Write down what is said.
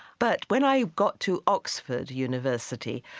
but when i got to oxford university,